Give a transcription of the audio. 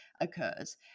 occurs